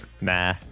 nah